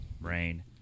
rain